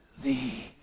thee